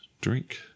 drink